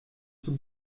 zur